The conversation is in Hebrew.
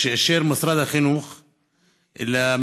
שאישר משרד החינוך למגזר.